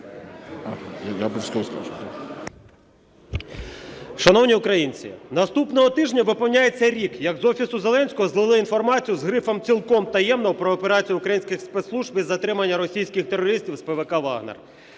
Шановні українці! Наступного тижня виповнюється рік, як з Офісу Зеленського злили інформацію з грифом "цілком таємно" про операцію українських спецслужб із затримання російських терористів з ПВК "Вагнер".